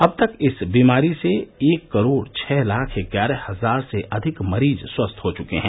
अब तक इस बीमारी से एक करोड छह लाख ग्यारह हजार से अधिक मरीज स्वस्थ हो चुके हैं